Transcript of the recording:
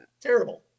terrible